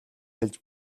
хэлж